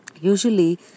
Usually